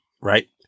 Right